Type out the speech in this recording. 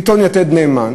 עיתון "יתד נאמן",